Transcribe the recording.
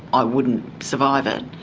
i wouldn't survive it,